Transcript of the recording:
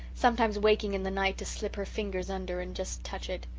sometimes waking in the night to slip her fingers under and just touch it,